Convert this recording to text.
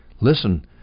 Listen